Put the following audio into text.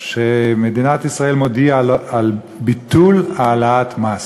שמדינת ישראל מודיעה על ביטול העלאת מס.